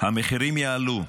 המחירים יעלו.